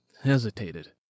hesitated